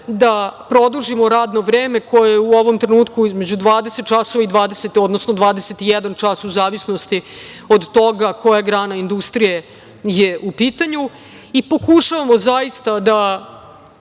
da produžimo radno vreme, koje je u ovom trenutku između 20 časova i 21 čas, u zavisnosti od toga koja grana industrije je u pitanju. Pokušavamo, zaista, da